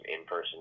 in-person